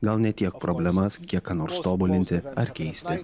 gal ne tiek problemas kiek ką nors tobulinti ar keisti